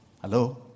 Hello